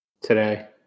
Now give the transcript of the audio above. Today